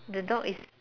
the dog is